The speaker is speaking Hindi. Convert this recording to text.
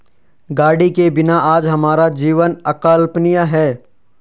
गाड़ी के बिना आज हमारा जीवन अकल्पनीय है